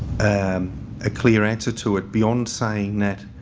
and a clear answer to it beyond saying that